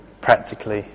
practically